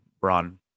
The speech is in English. Braun